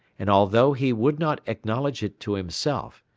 and although he would not acknowledge it to himself,